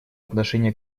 отношении